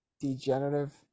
degenerative